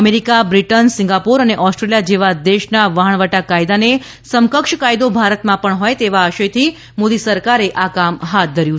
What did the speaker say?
America Britain Singapore અને Australia જેવા દેશ ના વહાણવટા કાયદા ને સમકક્ષ કાયદો ભારત માં પણ હોય તેવા આશય થી મોદી સરકારે આ કામ હાથ ધર્યુ છે